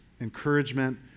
encouragement